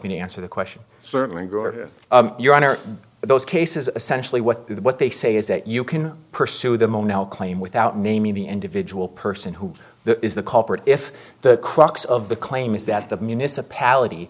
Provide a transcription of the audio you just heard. me to answer the question certainly your honor those cases essential what they did what they say is that you can pursue the mono claim without naming the individual person who is the culprit if the crux of the claim is that the municipality